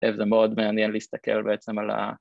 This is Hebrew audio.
זה גם מאוד מעניין ‫להסתכל בעצם על ה...